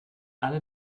alle